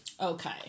okay